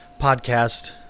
podcast